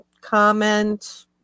comment